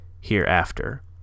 hereafter